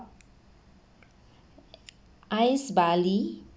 iced barley